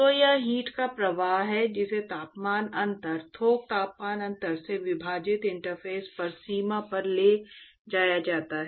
तो यह हीट का प्रवाह है जिसे तापमान अंतर थोक तापमान अंतर से विभाजित इंटरफ़ेस पर सीमा पर ले जाया जाता है